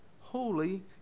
holy